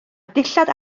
dillad